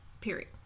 Period